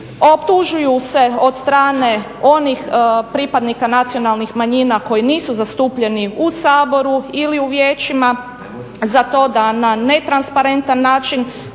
Optužuju se od strane onih pripadnika nacionalnih manjina koji nisu zastupljeni u Saboru ili u vijećima za to da na netransparentan način